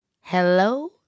Hello